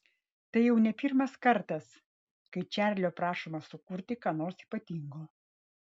tai jau ne pirmas kartas kai čarlio prašoma sukurti ką nors ypatingo